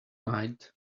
night